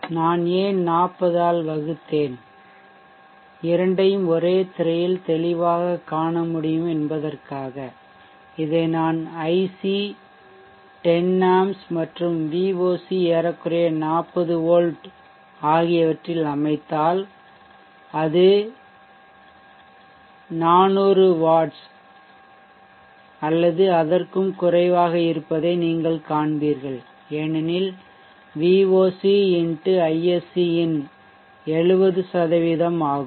நான் ஏன் 40 ஆல் வகுத்தேன் இரண்டையும் ஒரே திரையில் தெளிவாகக் காண முடியும் என்பதற்காக இதை நான் IC 10 ஆம்ப்ஸ் மற்றும் VOC ஏறக்குறைய 40 வோல்ட் ஆகியவற்றில் அமைத்தால் அது 400 வாட் அல்லது அதற்கும் குறைவாக இருப்பதை நீங்கள் காண்பீர்கள் ஏனெனில் இது VOC x ISC இன் 70 ஆகும்